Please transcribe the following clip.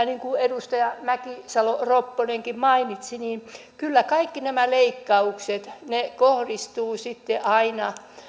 niin kuin edustaja mäkisalo ropponenkin mainitsi kyllä kaikki nämä leikkaukset kohdistuvat sitten aina